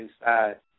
inside